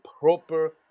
proper